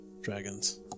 dragons